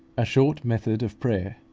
a short method of prayer.